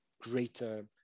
greater